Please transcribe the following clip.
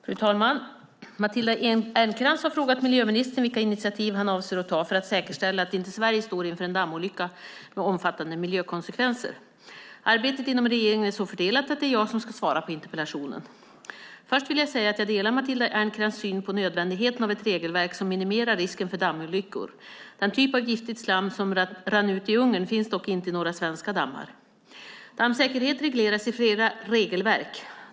Fru talman! Matilda Ernkrans har frågat miljöministern vilka initiativ han avser att ta för att säkerställa att inte Sverige står inför en dammolycka med omfattande miljökonsekvenser. Arbetet inom regeringen är så fördelat att det är jag som ska svara på interpellationen. Först vill jag säga att jag delar Matilda Ernkrans syn på nödvändigheten av ett regelverk som minimerar risken för dammolyckor. Den typ av giftigt slam som rann ut i Ungern finns dock inte i några svenska dammar. Dammsäkerhet regleras i flera regelverk.